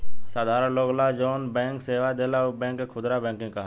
साधारण लोग ला जौन बैंक सेवा देला उ बैंक के खुदरा बैंकिंग कहाला